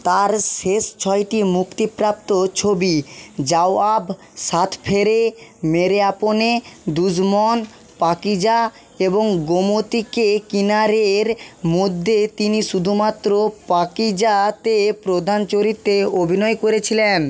তার শেষ ছয়টি মুক্তিপ্রাপ্ত ছবি জওয়াব সাত ফেরে মেরে আপনে দুশমন পাকিজা এবং গোমতী কে কিনারে র মধ্যে তিনি শুধুমাত্র পাকিজা তে প্রধান চরিত্রে অভিনয় করেছিলেন